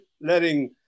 letting